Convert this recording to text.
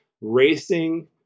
racing